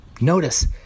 Notice